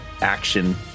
action